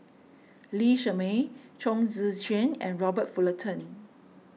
Lee Shermay Chong Tze Chien and Robert Fullerton